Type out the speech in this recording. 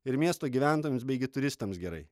ir miesto gyventojams bei gi turistams gerai